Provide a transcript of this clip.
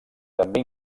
també